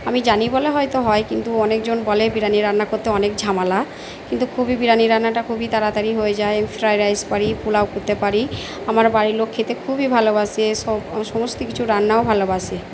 আমি জানি বলে হয়তো হয় কিন্তু অনেকজন বলে বিরিয়ানি রান্না করতে অনেক ঝামেলা কিন্তু খুবই বিরিয়ানি রান্নাটা খুবই তাড়াতাড়ি হয়ে যায় ফ্রায়ড রাইস পারি পোলাও করতে পারি আমার বাড়ির লোক খেতে খুবই ভালোবাসে সব সমস্ত কিছু রান্নাও ভালোবাসে